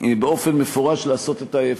באופן מפורש לעשות את ההפך: